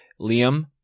Liam